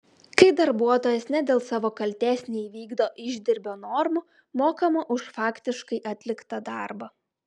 kai darbuotojas ne dėl savo kaltės neįvykdo išdirbio normų mokama už faktiškai atliktą darbą